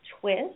twist